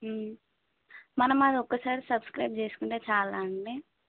మనం అది ఒకసారి సబ్స్క్రైబ్ చేసుకుంటే చాలా అండి